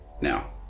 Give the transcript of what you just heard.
now